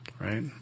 right